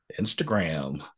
Instagram